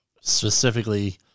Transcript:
specifically